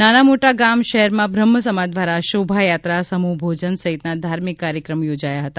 નાના મોટા ગામ શહેરમાં બ્રહ્મસમાજ દ્વારા શોભાયાત્રા સમૂહભોજન સહિતના ધાર્મિક કાર્યક્રમ યોજાયા છે